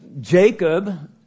Jacob